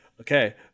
Okay